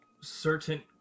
certain